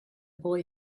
boy